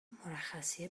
مرخصی